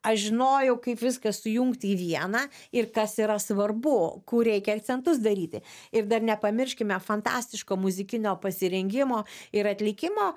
aš žinojau kaip viską sujungti į vieną ir kas yra svarbu kur reikia akcentus daryti ir dar nepamirškime fantastiško muzikinio pasirengimo ir atlikimo